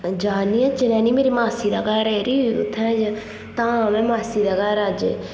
अ'ऊं जा'रनी आं चनैह्नी मेरी मासी दा घर ऐ जरी उत्थै धाम ऐ मासी दे घर अज्ज